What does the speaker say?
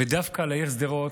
ודווקא לעיר שדרות,